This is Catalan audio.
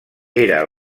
era